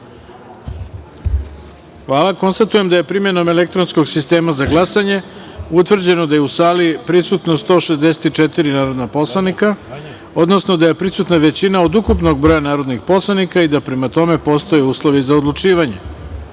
jedinice. Konstatujem da je primenom elektronskog sistema za glasanje utvrđeno da je u sali prisutno 164 narodna poslanika, odnosno da je prisutna većina od ukupnog broja narodnih poslanika i da prema tome postoje uslovi za odlučivanje. Zahvaljujem